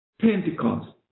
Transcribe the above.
Pentecost